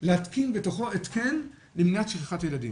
להתקין בתוכו התקן למניעת שכחת ילדים.